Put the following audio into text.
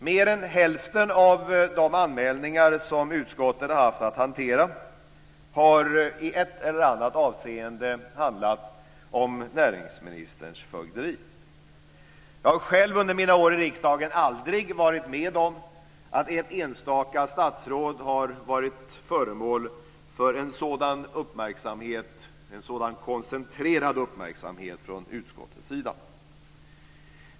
Mer än hälften av de anmälningar som utskottet har haft att hantera har i ett eller annat avseende handlat om näringsministerns fögderi. Jag har själv under mina år i riksdagen aldrig varit med om att ett enstaka statsråd har varit föremål för en sådan koncentrerad uppmärksamhet från utskottets sida.